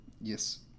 Yes